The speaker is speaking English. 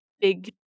big